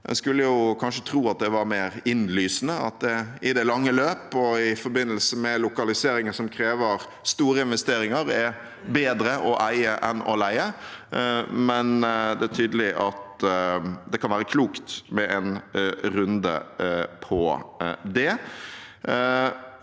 kanskje tro at det var mer innlysende at det i det lange løp og i forbindelse med lokaliseringer som krever store investeringer, er bedre å eie enn å leie, men det er tydelig at det kan være klokt med en runde på det.